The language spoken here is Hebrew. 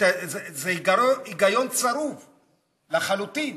זה היגיון צרוף לחלוטין.